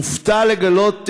הופתע לגלות,